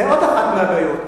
זו עוד אחת מהבעיות.